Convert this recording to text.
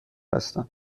هستم